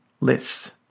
lists